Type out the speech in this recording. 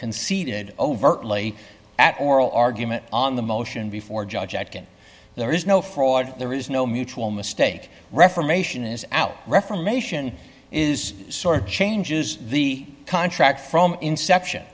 conceded overtly at oral argument on the motion before judge atkins there is no fraud there is no mutual mistake reformation is out reformation is sort of changes the contract from inception